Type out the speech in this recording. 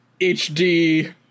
HD